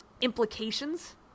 implications